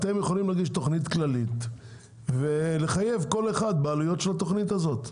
אתם יכולים להגיש תוכנית כללית ולחייב כל אחד בעלויות של התוכנית הזאת,